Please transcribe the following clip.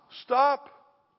stop